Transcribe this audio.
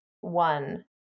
one